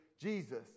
Jesus